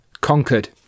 conquered